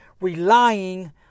relying